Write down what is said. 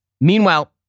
Meanwhile